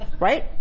right